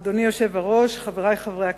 אדוני היושב-ראש, חברי חברי הכנסת,